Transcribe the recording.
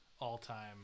all-time –